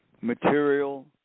material